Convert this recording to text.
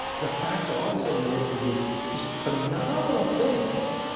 the fact that all of a sudden you're able to do just phenomenal things,